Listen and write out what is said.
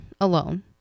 alone